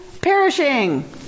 perishing